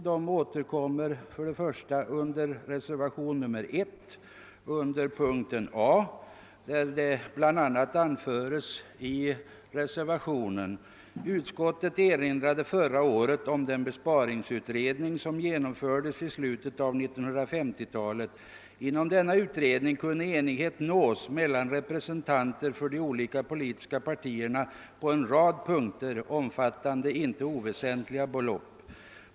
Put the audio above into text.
Dessa återkommer för det första under reservation 1 under punkten A, där det bl.a. anförs i reservationen: >Utskottet erinrade förra året om den besparingsutredning som genomfördes i slutet av 1950-talet. Inom denna utredning kunde enighet nås mellan representanter för de olika politiska partierna på en rad punkter, omfattande inte oväsentliga belopp.